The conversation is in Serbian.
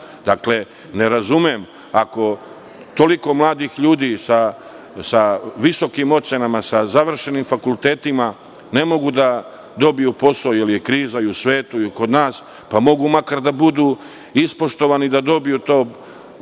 Čačku. Dakle, ne razumem ako toliko mladih ljudi sa visokim ocenama, sa završenim fakultetima ne mogu da dobiju posao, jer je kriza i u svetu i kod nas, pa mogu makar da budu ispoštovani da dobiju to „parče